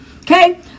Okay